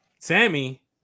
Sammy